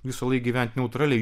visąlaik gyventi neutraliai